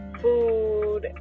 food